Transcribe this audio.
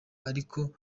ariko